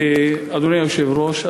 אדוני היושב-ראש,